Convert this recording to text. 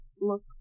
look